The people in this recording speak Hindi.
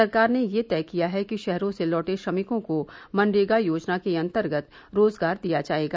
सरकार ने यह तय किया है कि शहरों से लौटे श्रमिकों को मनरेगा योजना के अंतर्गत रोजगार दिया जाएगा